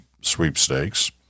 sweepstakes